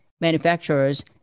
manufacturers